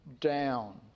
down